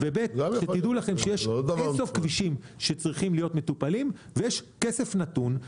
דעו לכם שיש אין סוף כבישים שצריכים להיות מטופלים ויש כסף נתון.